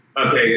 okay